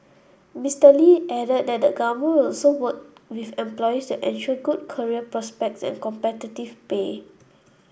Mister Lee added that the Government will also work with employers to ensure good career prospects and competitive pay